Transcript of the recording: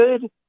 good